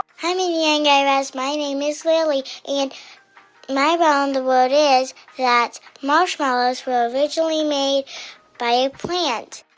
hi, mindy and guy raz. my name is lily. and my wow in the world is that marshmallows were originally made by a plant